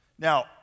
Now